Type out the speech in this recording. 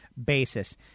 basis